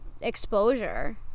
exposure